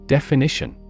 Definition